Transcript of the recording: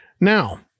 Now